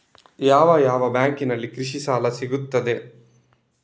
ಯಾವ ಯಾವ ಬ್ಯಾಂಕಿನಲ್ಲಿ ಕೃಷಿ ಸಾಲ ಸಿಗುತ್ತದೆ?